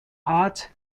art